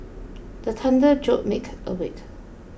the thunder jolt make awake